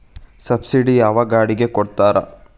Subsidy ಯಾವ ಗಾಡಿಗೆ ಕೊಡ್ತಾರ?